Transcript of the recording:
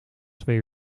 twee